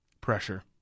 Pressure